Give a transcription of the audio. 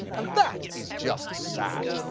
and that is just sad.